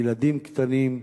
ילדים קטנים,